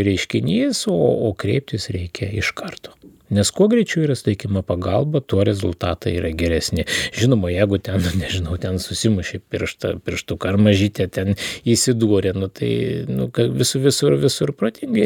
reiškinys o o kreiptis reikia iš karto nes kuo greičiau yra suteikiama pagalba tuo rezultatai yra geresni žinoma jeigu ten nežinau ten susimušė pirštą pirštuką ar mažytę ten įsidūrė nu tai nu visų visur visur protingai